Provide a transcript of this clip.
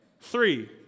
Three